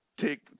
take